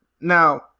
Now